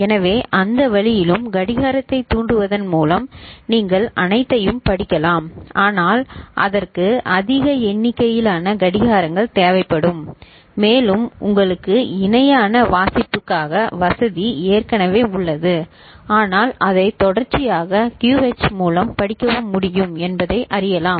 எனவே அந்த வழியிலும் கடிகாரத்தைத் தூண்டுவதன் மூலம் நீங்கள் அனைத்தையும் படிக்கலாம் ஆனால் அதற்கு அதிக எண்ணிக்கையிலான கடிகாரங்கள் தேவைப்படும் மேலும் உங்களுக்கு இணையான வாசிப்புக்கான வசதி ஏற்கனவே உள்ளது ஆனால் அதை தொடர்ச்சியாக QH மூலம் படிக்கவும் முடியும் என்பதை அறியலாம்